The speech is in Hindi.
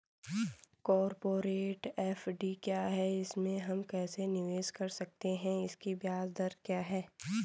कॉरपोरेट एफ.डी क्या है इसमें हम कैसे निवेश कर सकते हैं इसकी ब्याज दर क्या है?